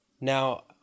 Now